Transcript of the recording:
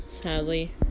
sadly